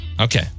Okay